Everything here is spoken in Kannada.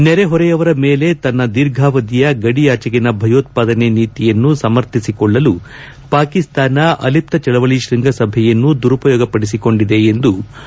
ನೆರೆಹೊರೆಯವರ ಮೇಲೆ ತನ್ನ ದೀರ್ಘಾವಧಿಯ ಗಡಿಯಾಚೆಗಿನ ಭಯೋತ್ಪಾದನೆ ನೀತಿಯನ್ನು ಸಮರ್ಥಿಸಿಕೊಳ್ಳಲು ಪಾಕಿಸ್ತಾನ ಅಲಿಪ್ತ ಚಳವಳಿ ಶೃಂಗಸಭೆಯನ್ನು ದುರುಪಯೋಗಪಡಿಸಿಕೊಂಡಿದೆ ಎಂದು ಉಪರಾಷ್ಷಪತಿ ಎಂ